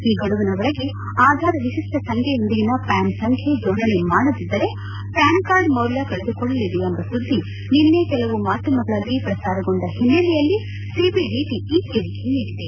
ಈ ಗಡುವಿನ ಒಳಗೆ ಆಧಾರ್ ವಿಶಿಷ್ಷ ಸಂಖ್ಯೆಯೊಂದಿಗೆ ಪ್ಯಾನ್ ಸಂಖ್ಯೆ ಜೋಡಣೆ ಮಾಡದಿದ್ದರೆ ಪ್ಯಾನ್ ಕಾರ್ಡ್ ಮೌಲ್ಯ ಕಳೆದುಕೊಳ್ಳಲಿದೆ ಎಂಬ ಸುದ್ದಿ ನಿನ್ನೆ ಕೆಲವು ಮಾಧ್ತಮಗಳಲ್ಲಿ ಪ್ರಸಾರಗೊಂಡ ಹಿನ್ನೆಲೆಯಲ್ಲಿ ಸಿಬಿಡಿಟಿ ಈ ಹೇಳಿಕೆ ನೀಡಿದೆ